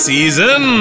Season